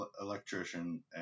electrician